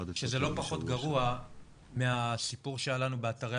וזה לא פחות גרוע מהסיפור שהיה לנו באתרי